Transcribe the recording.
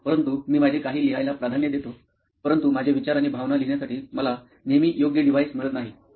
परंतु मी माझे काही लिहायला प्राधान्य देतो परंतु माझे विचार आणि भावना लिहिण्यासाठी मला नेहमी योग्य डिव्हाइस मिळत नाही